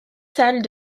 salles